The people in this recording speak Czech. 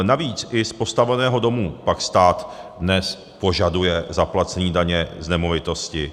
Navíc i z postaveného domu pak stát dnes požaduje zaplacení daně z nemovitostí.